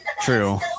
True